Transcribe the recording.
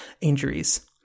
injuries